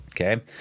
Okay